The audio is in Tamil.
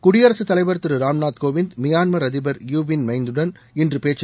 குடியரசு தலைவர் திரு ராம்நாத் கோவிந்த் மியான்மர் அதிபர் யு வின் மைந்த் வுடன் இன்று பேச்சு